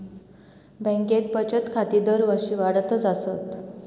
बँकेत बचत खाती दरवर्षी वाढतच आसत